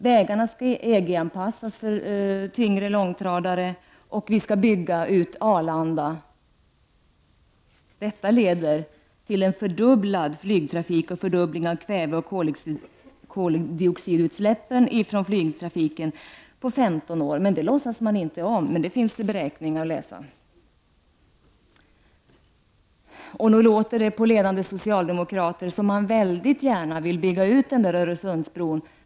Vägarna skall EG-anpassas för tyngre långtradare, och vi skall bygga ut Arlanda. Detta leder till en fördubblad flygtrafik och en fördubbling av kväveoch koldioxidutläppen från flygtrafiken på 15 år. Det låtsas man inte om, men det finns beräkningar om detta. Nog låter det som om ledande socialdemokrater väldigt gärna vill bygga den där Öresundsbron.